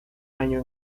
año